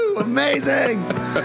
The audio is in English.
Amazing